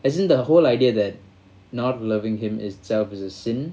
isn't the whole idea that not loving him itself is a sin